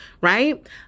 right